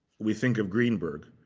we think of greenberg.